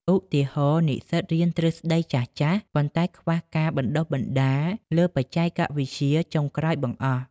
ឧទាហរណ៍ និស្សិតរៀនទ្រឹស្តីចាស់ៗ ប៉ុន្តែខ្វះការបណ្តុះបណ្តាលលើបច្ចេកវិទ្យាចុងក្រោយបង្អស់។